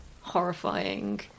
horrifying